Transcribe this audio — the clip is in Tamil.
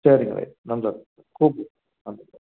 சரிங்க நல்லது கூப் ஓகே